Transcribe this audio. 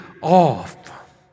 off